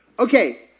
Okay